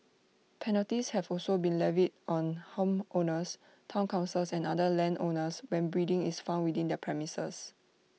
penalties have also been levied on homeowners Town councils and other landowners when breeding is found within their premises